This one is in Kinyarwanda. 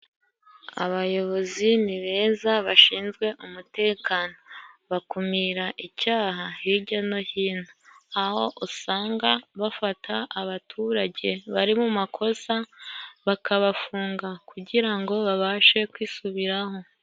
Abayobozi ni beza bashinzwe umutekano, bakumira icyaha hijya no hino, aho usanga bafata abaturage bari mu makosa bakabafunga kugira ngo babashe kwisubiraho.